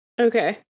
Okay